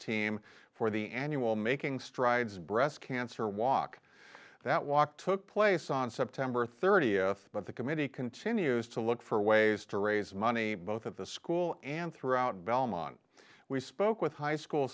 team for the annual making strides breast cancer walk that walk took place on september th but the committee continues to look for ways to raise money both of the school and throughout belmont we spoke with high school